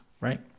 Right